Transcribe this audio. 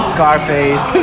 Scarface